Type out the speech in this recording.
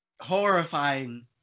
horrifying